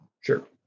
Sure